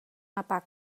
mapa